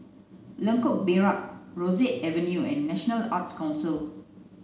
Lengkok Merak Rosyth Avenue and National Arts Council